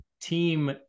team